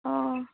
অঁ